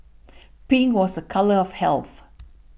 pink was a colour of health